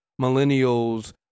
millennials